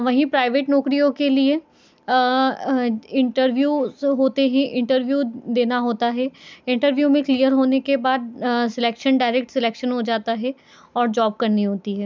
वहीं प्राइवेट नौकरियों के लिए इंटरव्यूज तो होते हैं इंटरव्यू देना होता है इंटरव्यू में क्लियर होने के बाद सिलेक्शन डायरेक्ट सिलेक्शन हो जाता है और जोब करनी होती है